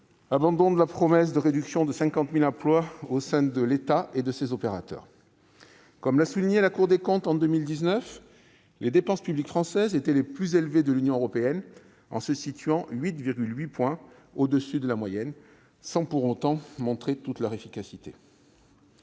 abandon de la promesse de réduction de 50 000 emplois au sein de l'État et de ses opérateurs. Comme l'a souligné la Cour des comptes en 2019, les dépenses publiques françaises étaient les plus élevées de l'Union européenne, se situant 8,8 points au-dessus de la moyenne, sans pour autant montrer toute leur efficacité.